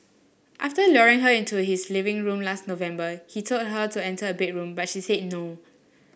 after luring her into his living room last November he told her to enter a bedroom but she said no